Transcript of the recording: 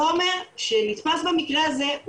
החומר שנתפס במקרה הזה,